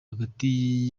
hagati